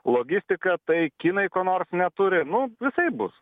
logistika tai kinai ko nors neturi nu visaip bus